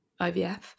IVF